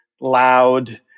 loud